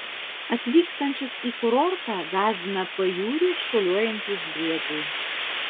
atvykstančius į kurortą gąsdina pajūriu šuoliuojantys briedžiai